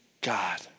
God